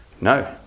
No